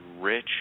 rich